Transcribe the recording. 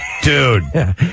Dude